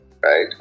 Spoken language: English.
right